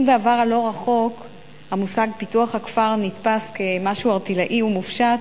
אם בעבר הלא-רחוק המושג "פיתוח הכפר" נתפס כמשהו ערטילאי ומופשט,